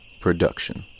production